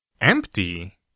Empty